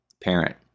parent